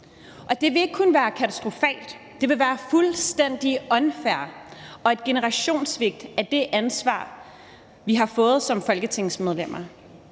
det ville ikke kun være katastrofalt, det ville være fuldstændig unfair og et generationssvigt af det ansvar, vi har fået som folketingsmedlemmer,